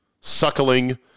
suckling